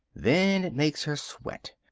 then it makes her sweat.